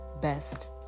best